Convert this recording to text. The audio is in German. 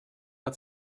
hat